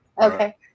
Okay